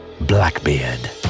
Blackbeard